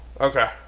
Okay